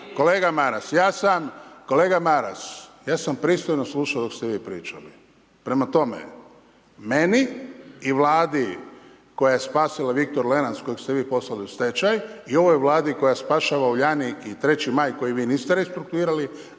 Kolega Maras, ja sam pristojno slušao dok ste vi pričali. Prema tome, meni i Vladi koja je spasila Viktor Lenac kojeg ste vi poslali u stečaj i ovoj Vladi koja spašava Uljanik i 3. maj koji vi niste restruktuirali,